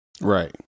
Right